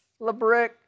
LeBrick